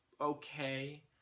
okay